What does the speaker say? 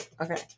Okay